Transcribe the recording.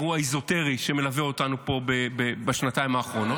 אירוע אזוטרי שמלווה אותנו פה בשנתיים האחרונות.